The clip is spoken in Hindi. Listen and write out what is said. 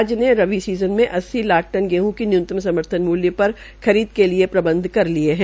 राज्य ने रबी सीज़न में अस्सी लाख टन गेहं की न्यनतम समर्थन मुल्य पर खरीद के लिए प्रबंध किये है